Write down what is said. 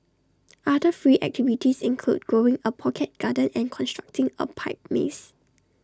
other free activities include growing A pocket garden and constructing A pipe maze